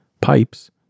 pipes